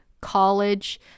college